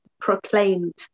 proclaimed